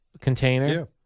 container